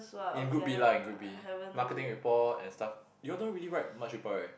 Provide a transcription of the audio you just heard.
in group B lah in group B marketing report and stuff you all don't really write much report right